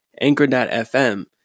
Anchor.fm